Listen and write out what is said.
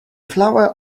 flower